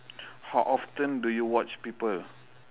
how often do you watch people